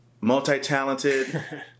multi-talented